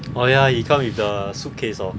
oh ya he come with the suitcase hor